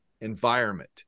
environment